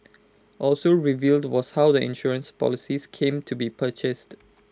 also revealed was how the insurance policies came to be purchased